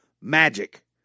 magic